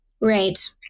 right